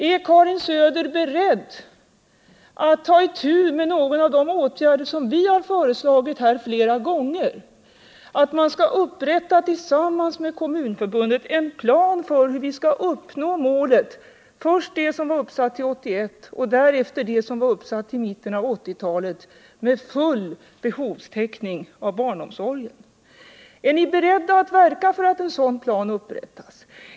Är Karin Söder beredd att ta itu med någon av de åtgärder som vi har föreslagit här flera gånger, nämligen att man tillsammans med Kommunförbundet skall upprätta en plan för hur vi skall uppnå målen, först det som är uppsatt till 1981 och därefter det som var uppsatt till mitten av 1980-talet, med full behovstäckning när det gäller barnomsorgen? Är ni beredda att verka för att en sådan plan upprättas?